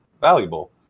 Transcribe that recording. valuable